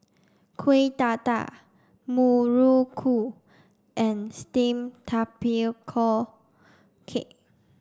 Kuih Dadar Muruku and steamed tapioca cake